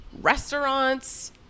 restaurants